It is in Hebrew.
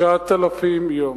9,000 יום.